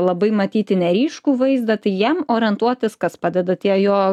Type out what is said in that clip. labai matyti neryškų vaizdą tai jam orientuotis kas padeda tie jo